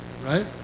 right